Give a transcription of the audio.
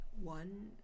one